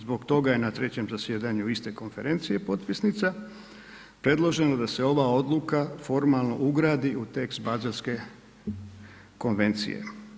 Zbog toga je na trećem zasjedanju iste konferencije potpisnica predloženo da se ova odluka formalno ugradi u tekst Baselske konvencije.